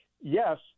Yes